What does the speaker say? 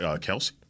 Kelsey